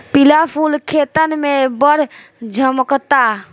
पिला फूल खेतन में बड़ झम्कता